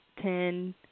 ten